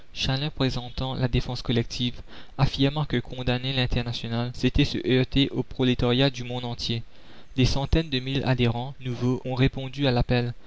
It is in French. présentant la défense collective affirma que condamner l'internationale c'était se heurter au prolétariat du monde entier des centaines de mille adhérents nouveaux ont répondu à l'appel